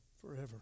forever